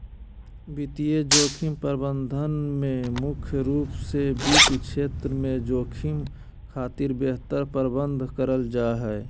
वित्तीय जोखिम प्रबंधन में मुख्य रूप से वित्त क्षेत्र में जोखिम खातिर बेहतर प्रबंध करल जा हय